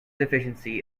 deficiency